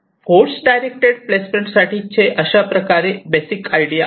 force directed placement साठीचे अशाप्रकारे basic idea आहे